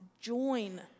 join